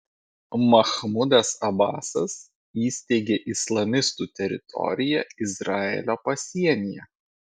mahmudas abasas įsteigė islamistų teritoriją izraelio pasienyje